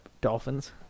dolphins